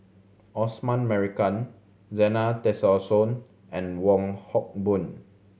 Osman Merican Zena Tessensohn and Wong Hock Boon